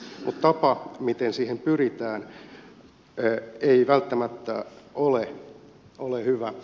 mutta tapa miten siihen pyritään ei välttämättä ole hyvä